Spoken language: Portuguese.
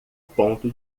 ponto